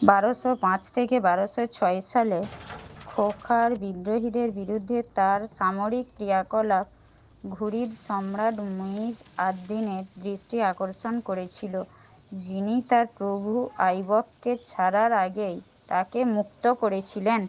বারোশো পাঁচ থেকে বারোশো ছয় সালে খোখার বিদ্রোহীদের বিরুদ্ধে তার সামরিক ক্রিয়াকলাপ ঘুরিদ সম্রাট মুইজ আদ্দিনের দৃষ্টি আকর্ষণ করেছিল যিনি তার প্রভু আইবককে ছাড়ার আগেই তাকে মুক্ত করেছিলেন